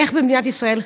איך במדינת ישראל,